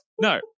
no